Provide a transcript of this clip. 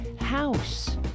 house